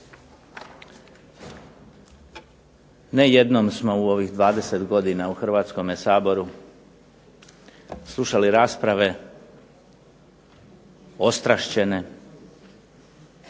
Ne jednom smo u ovih 20 godina u Hrvatskome saboru slušali rasprave ostrašćene,